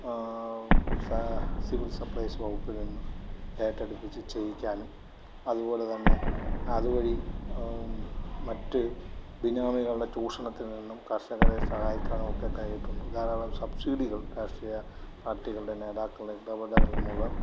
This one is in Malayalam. സിവിൽ സപ്ലൈസ് വകുപ്പിൽനിന്ന് ഏറ്റെടുപ്പിച്ച് ചെയ്യിക്കാനും അതുപോലെതന്നെ അതുവഴി മറ്റ് ബിനാമികളുടെ ചൂഷണത്തിൽ നിന്നും കർഷകരെ സഹായിക്കാനൊക്കെ കഴിഞ്ഞിട്ടുണ്ട് ധാരാളം സബ്സിഡികൾ രാഷ്ട്രീയ പാർട്ടികളുടെ നേതാക്കളുടെ ഇടപെടൽമൂലം